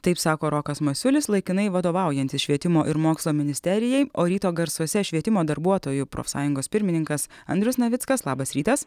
taip sako rokas masiulis laikinai vadovaujantis švietimo ir mokslo ministerijai o ryto garsuose švietimo darbuotojų profsąjungos pirmininkas andrius navickas labas rytas